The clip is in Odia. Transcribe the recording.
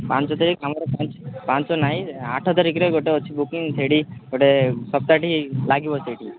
ପାଞ୍ଚ ତାରିଖ ଆମର ପାଞ୍ଚ ନାହିଁ ଆଠ ତାରିଖରେ ଗୋଟେ ଅଛି ବୁକିଂ ସେଇଠି ଗୋଟେ ସପ୍ତାହଟି ଲାଗିବ ସେଇଠି